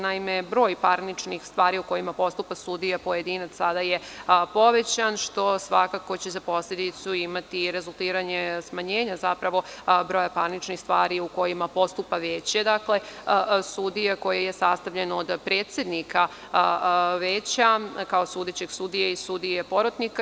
Naime, broj parničnih stvari u kojima postupa sudija pojedinac sada je povećan, što će svakako za posledicu imati rezultiranje smanjenja broja parničnih stvari u kojima postupa veća sudija, koji je sastavljen od predsednika veća, kao sudećeg sudije, i sudije porotnika.